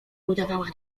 udawała